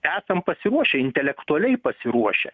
esam pasiruošę intelektualiai pasiruošę